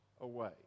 away